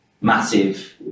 massive